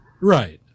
Right